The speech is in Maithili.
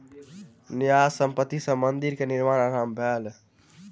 न्यास संपत्ति सॅ मंदिर के निर्माण आरम्भ भेल